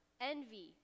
envy